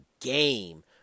game